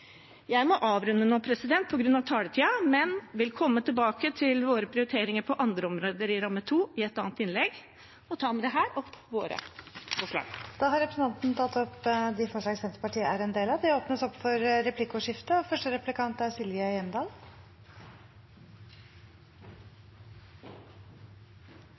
Jeg må avrunde nå på grunn av taletiden, men vil komme tilbake til våre prioriteringer på andre områder i rammeområde 2 i et annet innlegg. Jeg tar med det opp våre forslag. Representanten Åslaug Sem-Jacobsen har tatt opp de forslagene hun refererte til. Det blir replikkordskifte. Tidligere var Senterpartiet et sentrumsparti i norsk politikk. Nå synes det